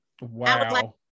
Wow